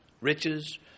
riches